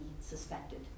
suspected